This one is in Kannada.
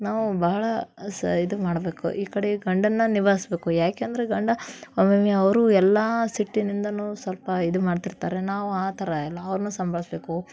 ನಾವು ಬಹಳ ಸಹ ಇದು ಮಾಡಬೇಕು ಈ ಕಡೆ ಗಂಡನನ್ನ ನಿಭಾಯಿಸ್ಬೇಕು ಯಾಕೆ ಅಂದರೆ ಗಂಡ ಒಮೊಮ್ಮೆ ಅವರು ಎಲ್ಲ ಸಿಟ್ಟಿನಿಂದಲೂ ಸ್ವಲ್ಪ ಇದು ಮಾಡ್ತಿರ್ತಾರೆ ನಾವು ಆ ಥರ ಇಲ್ಲ ಅವ್ರನ್ನೂ ಸಂಭಾಳಿಸ್ಬೇಕು